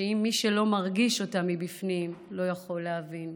שמי שלא מרגיש אותה מבפנים לא יכול להבין.